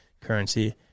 currency